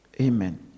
Amen